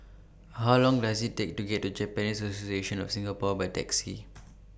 How Long Does IT Take to get to Japanese Association of Singapore By Taxi